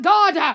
God